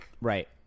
right